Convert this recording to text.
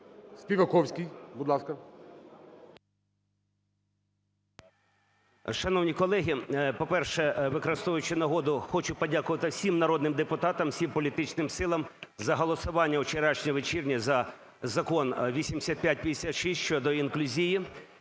Співаковський, будь ласка.